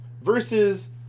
versus